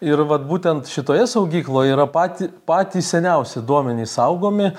ir vat būtent šitoje saugykloje yra paty patys seniausi duomenys saugomi